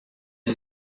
iyi